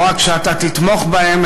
לא רק שאתה תתמוך בהם,